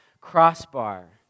crossbar